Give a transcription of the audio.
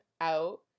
out